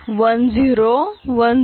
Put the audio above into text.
म्हणून 1010